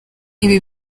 ibi